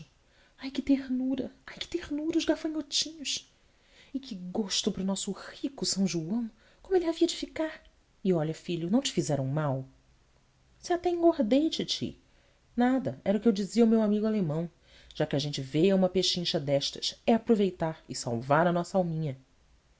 ai que ternura ai que ternura os gafanhotinhos e que gosto para o nosso rico são joão como ele havia de ficar e olha filho não te fizeram mal se até engordei titi nada era o que eu dizia ao meu amigo alemão já que a gente veio a uma pechincha destas é aproveitar e salvar a nossa alminha